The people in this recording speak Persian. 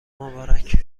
مبارک